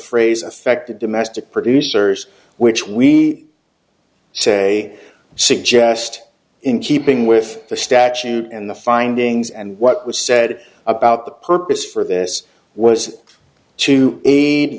phrase effective domestic producers which we say suggest in keeping with the statute and the findings and what was said about the purpose for this was to